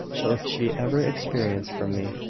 shall she ever experience from me.